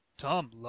Tom